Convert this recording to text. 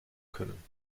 können